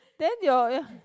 then your your